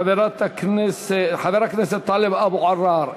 חבר הכנסת טלב אבו עראר,